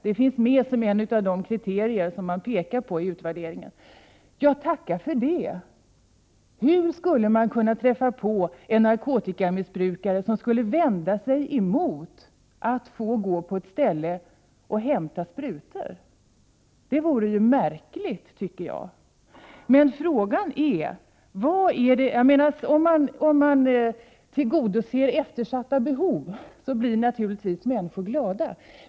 Detta finns med som en av de kriterier som man pekar på vid utvärderingen. Tacka för det! Hur skulle man kunna träffa på en narkotikamissbrukare som skulle vända sig mot att få gå till ett ställe och hämta sprutor? Det vore enligt min mening märkligt. Om man tillgodoser eftersatta behov blir naturligtvis människor glada.